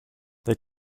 they